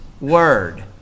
word